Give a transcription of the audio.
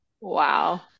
Wow